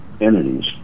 entities